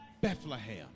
Bethlehem